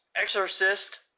Exorcist